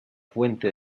fuente